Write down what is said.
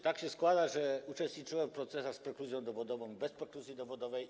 Tak się składa, że uczestniczyłem w procesach z prekluzją dowodową i bez prekluzji dowodowej.